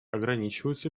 ограничивается